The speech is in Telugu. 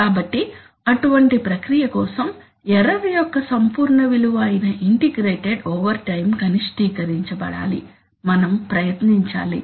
కాబట్టి అటువంటి ప్రక్రియ కోసం ఎర్రర్ యొక్క సంపూర్ణ విలువ అయిన ఇంటిగ్రేటెడ్ ఓవర్టైమ్ కనిష్టీకరించబడాలని మనం ప్రయత్నించాలి